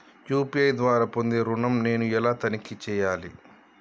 UPI ద్వారా పొందే ఋణం నేను ఎలా తనిఖీ చేయాలి?